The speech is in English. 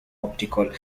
optical